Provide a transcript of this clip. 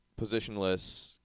positionless